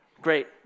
great